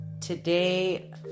Today